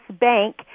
Bank